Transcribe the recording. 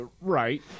right